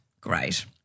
great